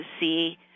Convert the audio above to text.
see